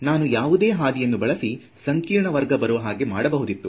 ನಾನು ಯಾವುದೇ ಹಾದಿಯನ್ನು ಬಳಸಿ ಸಂಕೀರ್ಣ ವರ್ಗ ಬರುವ ಹಾಗೆ ಮಾಡಬಹುದಿತ್ತು